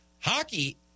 Hockey